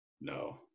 No